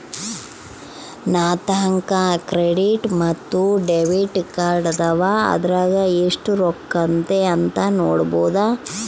ನಂತಾಕ ಕ್ರೆಡಿಟ್ ಮತ್ತೆ ಡೆಬಿಟ್ ಕಾರ್ಡದವ, ಅದರಾಗ ಎಷ್ಟು ರೊಕ್ಕತೆ ಅಂತ ನೊಡಬೊದು